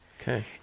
Okay